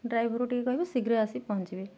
ଡ୍ରାଇଭରକୁ ଟିକେ କହିବେ ଶୀଘ୍ର ଆସି ପହଞ୍ଚିବେ